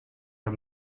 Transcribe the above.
are